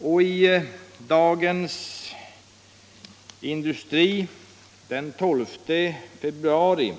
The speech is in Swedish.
Och i Dagens Industri den 12 februari